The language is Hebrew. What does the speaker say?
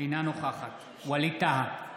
אינה נוכחת ווליד טאהא,